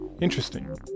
interesting